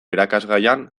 irakasgaian